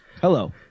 Hello